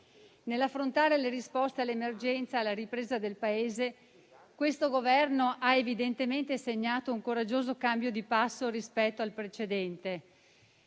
nell'affrontare le risposte all'emergenza e per la ripresa del Paese, questo Governo ha evidentemente segnato un coraggioso cambio di passo rispetto al precedente.